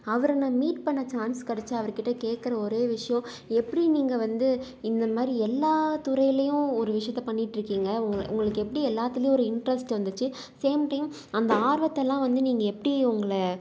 அவரை நான் மீட் பண்ண சான்ஸ் கிடச்சா அவர் கிட்டே கேட்குற ஒரே விஷயம் எப்படி நீங்கள் வந்து இந்த மாதிரி எல்லா துறையிலேயும் ஒரு விஷயத்த பண்ணிகிட்ருக்கிங்க உங்களை உங்களுக்கு எப்படி எல்லாத்துலேயும் ஒரு இன்ட்ரெஸ்ட் வந்துச்சு சேம் டைம் அந்த ஆர்வத்தெல்லாம் வந்து நீங்கள் எப்படி உங்களை